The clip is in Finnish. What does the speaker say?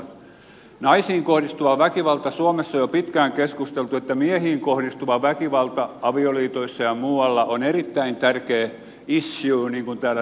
mitä tulee naisiin kohdistuvaan väkivaltaan niin suomessa on jo pitkään keskusteltu että miehiin kohdistuva väkivalta avioliitoissa ja muualla on erittäin tärkeä issue täällä suomessa